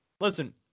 Listen